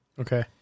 Okay